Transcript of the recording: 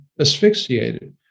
asphyxiated